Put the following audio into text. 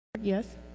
Yes